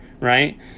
right